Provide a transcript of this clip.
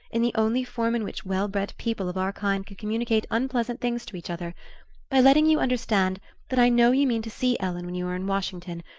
in the only form in which well-bred people of our kind can communicate unpleasant things to each other by letting you understand that i know you mean to see ellen when you are in washington,